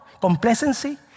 complacency